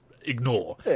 ignore